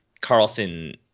Carlson